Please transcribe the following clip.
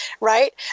Right